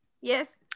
Yes